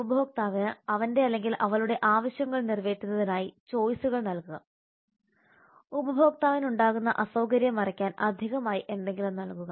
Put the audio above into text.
ഉപഭോക്താവിന് അവന്റെഅവളുടെ ആവശ്യങ്ങൾ നിറവേറ്റുന്നതിനായി ചോയ്സുകൾ നൽകുക ഉപഭോക്താവിന് ഉണ്ടാകുന്ന അസൌകര്യം മറയ്ക്കാൻ അധികമായി എന്തെങ്കിലും നൽകുക